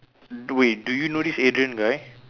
wait do you know this Adrian guy